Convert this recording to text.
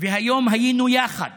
והיום היינו יחד